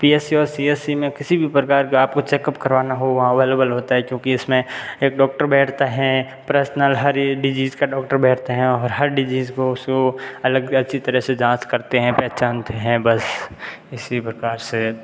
P S C और C S C में किसी भी प्रकार का आपको चेकअप करवाना हो वहाँ अवेलेबल होता है क्योंकि इसमें एक डॉक्टर बैठते हैं प्रर्सनल हर डिजीज का डॉक्टर बैठते हैं और हर डिजीज़ को अलग अच्छी तरह से जाँच करते हैं पहचानते हैं बस इसी प्रकार से